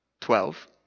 Twelve